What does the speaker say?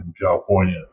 California